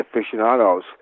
aficionados